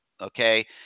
Okay